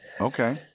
Okay